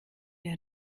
der